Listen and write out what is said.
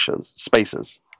spaces